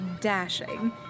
dashing